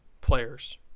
players